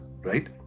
right